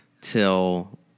till